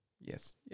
Yes